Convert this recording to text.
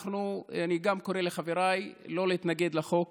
אני גם קורא לחבריי לא להתנגד לחוק.